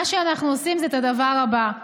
מה שאנחנו עושים זה את הדבר הבא: